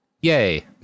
Yay